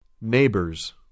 Neighbors